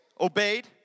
obeyed